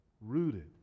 rooted